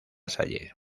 salle